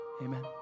Amen